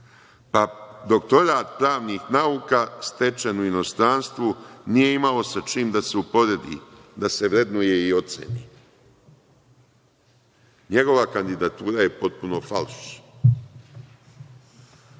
na doktorskim. Doktorat pravnih nauka stečen u inostranstvu nije imao sa čim da se uporedi, da se vrednuje i oceni. NJegova kandidatura je potpuno falš.